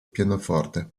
pianoforte